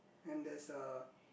and there's a